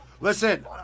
Listen